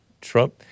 Trump